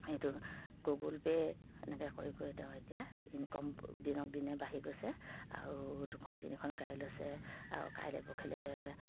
এইটো Google pay এনেকৈ কৰি কৰি তেওঁ এতিয়া ইনকাম দিনক দিনে বাঢ়ি গৈছে আৰু দুখন তিনিখন গাড়ী লৈছে আৰু কাইলৈ পৰহিলৈ